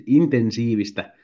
intensiivistä